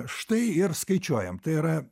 štai ir skaičiuojam tai yra